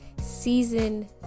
season